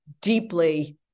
deeply